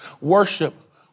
Worship